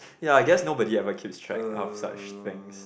ya I guess nobody ever keep track out of such thing